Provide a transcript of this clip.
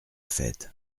faite